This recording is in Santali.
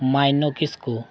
ᱢᱟᱭᱱᱚ ᱠᱤᱥᱠᱩ